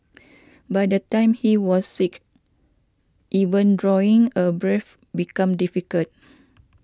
by the time he was six even drawing a breath became difficult